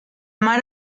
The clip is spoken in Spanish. mar